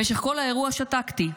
במשך כל האירוע שתקתי,